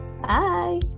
bye